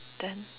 then